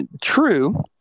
True